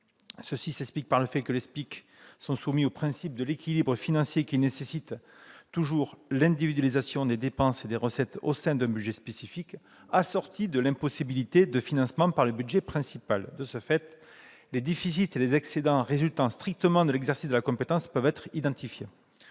Cela s'explique par le fait que les SPIC sont soumis au principe de l'équilibre financier qui nécessite l'individualisation des dépenses et des recettes au sein d'un budget spécifique, assortie de l'impossibilité de financement par le budget principal. De ce fait, les déficits et les excédents qui résultent strictement de l'exercice de la compétence peuvent être identifiés.